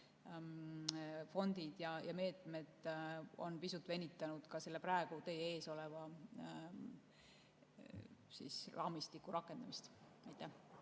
fondid ja meetmed on pisut venitanud ka selle praegu teie ees oleva raamistiku rakendamist.